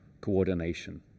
coordination